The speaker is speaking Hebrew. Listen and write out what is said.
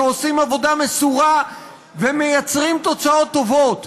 שעושים עבודה מסורה ומייצרים תוצאות טובות,